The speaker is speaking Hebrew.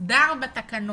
תוסדר בתקנות.